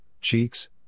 cheeks